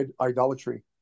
idolatry